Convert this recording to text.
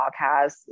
podcast